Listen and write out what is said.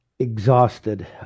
exhausted